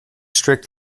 strict